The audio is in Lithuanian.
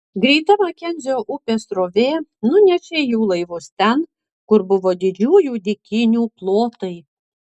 greita makenzio upės srovė nunešė jų laivus ten kur buvo didžiųjų dykynių plotai